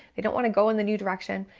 they don't wanna go in the new direction.